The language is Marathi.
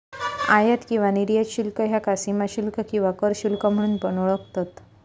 आयात किंवा निर्यात शुल्क ह्याका सीमाशुल्क किंवा कर शुल्क म्हणून पण ओळखतत